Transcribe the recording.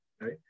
Right